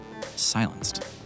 silenced